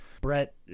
Brett